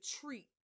treat